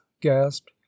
gasped